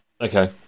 okay